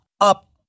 up